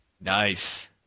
Nice